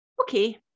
Okay